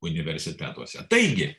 universitetuose taigi